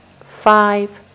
five